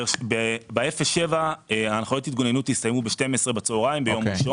באפס עד שבעה קילומטר הנחיות התגוננות הסתיימו ב-12:00 ביום ראשון.